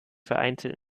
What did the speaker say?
vereinzelt